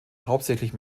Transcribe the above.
hauptsächlich